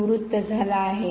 निवृत्त झाला आहे